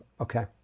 Okay